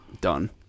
done